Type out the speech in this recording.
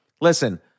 listen